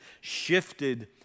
shifted